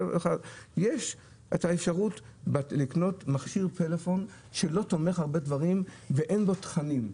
יש אפשרות לקנות מכשיר פלאפון שלא תומך בהרבה תכונות ואין בו תכנים.